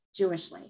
Jewishly